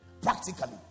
Practically